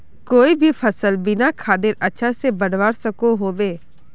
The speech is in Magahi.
कोई भी सफल बिना खादेर अच्छा से बढ़वार सकोहो होबे?